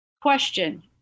Question